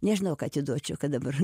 nežinau ką atiduočiau kad dabar